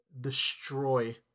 destroy